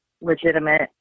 legitimate